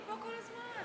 אני פה כל הזמן.